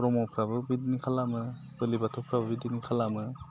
ब्रह्मफ्राबो बिदिनो खालामो बोलि बाथौफ्राबो बेबादिनो खालामो